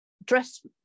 dress